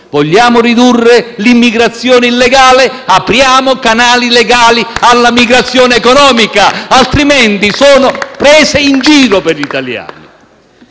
vogliamo ridurre l'immigrazione illegale, apriamo canali legali alla migrazione economica, altrimenti sono prese in giro per gli italiani.